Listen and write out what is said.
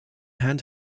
hand